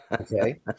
Okay